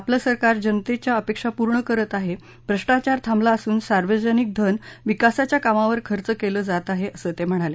आपलं सरकार जनतेच्या अपेक्षा पूर्ण करत आहे भ्रष्टाचार थांबला असून सार्वजनिक धन विकासाच्या कामांवर खर्च केलं जात आहे असं ते म्हणाले